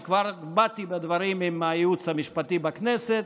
אני כבר באתי בדברים עם הייעוץ המשפטי בכנסת,